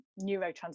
neurotransmitters